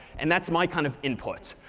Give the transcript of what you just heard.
and that's my kind of input.